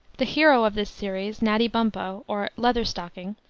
the hero of this series, natty bumpo, or leatherstocking,